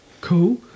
Cool